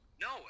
No